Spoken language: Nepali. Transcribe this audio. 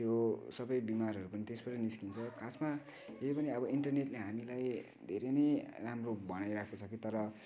त्यो सबै बिमारहरू पनि त्यसबाटै निस्किन्छ खासमा यो पनि अब इन्टरनेटले हामीलाई धेरै नै राम्रो भइरहेको छ कि तर